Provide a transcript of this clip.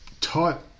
taught